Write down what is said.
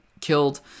killed